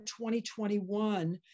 2021